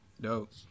Dope